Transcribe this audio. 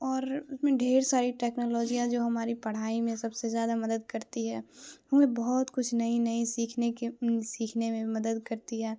اور اس میں ڈھیر ساری ٹیکنالوجیاں جو ہماری پڑھائی میں سب سے زیادہ مدد کرتی ہے ہمیں بہت کچھ نئی نئی سیکھنے کے سیکھنے میں مدد کرتی ہے